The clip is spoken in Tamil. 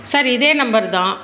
சார் இதே நம்பர் தான்